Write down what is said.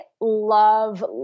love